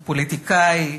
הוא פוליטיקאי.